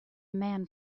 man